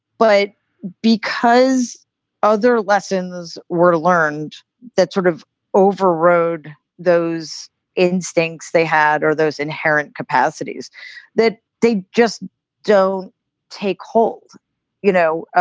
but because other lessons were learned that sort of overrode those instincts they had or those inherent capacities that they just don't take hold you know, ah